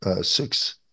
six